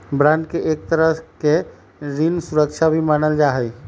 bond के एक तरह के ऋण सुरक्षा भी मानल जा हई